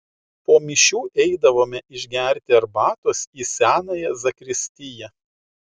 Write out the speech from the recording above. po mišių eidavome išgerti arbatos į senąją zakristiją